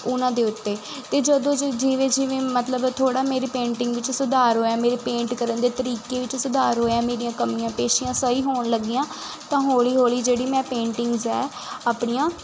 ਉਹਨਾਂ ਦੇ ਉੱਤੇ ਅਤੇ ਜਦੋਂ ਜਿਵੇਂ ਜਿਵੇਂ ਮਤਲਬ ਥੋੜ੍ਹਾ ਮੇਰੀ ਪੇਟਿੰਗ ਵਿੱਚ ਸੁਧਾਰ ਹੋਇਆ ਮੇਰੇ ਪੇਂਟ ਕਰਨ ਦੇ ਤਰੀਕੇ ਵਿੱਚ ਸੁਧਾਰ ਹੋਇਆ ਮੇਰੀਆਂ ਕਮੀਆਂ ਪੇਸ਼ੀਆਂ ਸਹੀ ਹੋਣ ਲੱਗੀਆਂ ਤਾਂ ਹੌਲੀ ਹੌਲੀ ਜਿਹੜੀ ਮੈਂ ਪੇਂਟਿੰਗਸ ਹੈ ਆਪਣੀਆਂ